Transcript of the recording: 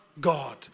God